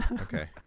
Okay